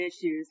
issues